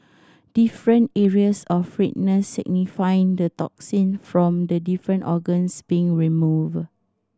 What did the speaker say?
different areas of redness signify the toxin from the different organs being removed